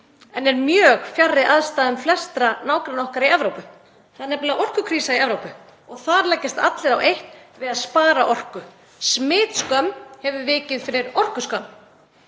en er mjög fjarri aðstæðum flestra nágranna okkar í Evrópu. Það er nefnilega orkukrísa í Evrópu og þar leggjast allir á eitt við að spara orku. Smitskömm hefur vikið fyrir orkuskömm.